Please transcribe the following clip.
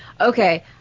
okay